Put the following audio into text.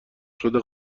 شده